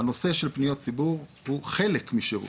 הנושא של פניות ציבור הוא חלק משירות.